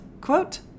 quote